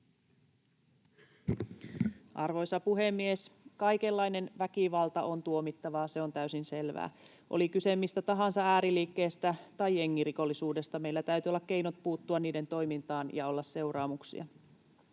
Arvoisa puhemies! Kaikenlainen väkivalta on tuomittavaa, se on täysin selvää. Oli kyse mistä tahansa ääriliikkeestä tai jengirikollisuudesta, meillä täytyy olla keinot puuttua niiden toimintaan ja olla seuraamuksia.